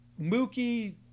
Mookie